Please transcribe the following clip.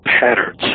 patterns